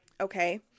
Okay